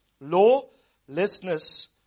lawlessness